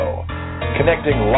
connecting